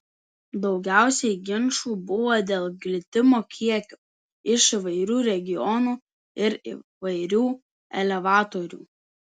daugiausiai ginčų buvo dėl glitimo kiekio iš įvairių regionų ir įvairių elevatorių